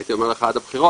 הייתי אומר לך עד הבחירות,